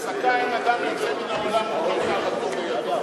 חזקה אין אדם יוצא מן העולם וחצי תאוותו בידו,